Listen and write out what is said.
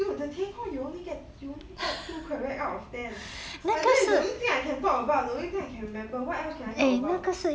no the 填空 you only you only get two correct out of ten but that's the only thing I can talk about the only thing I can remember what else can I talk about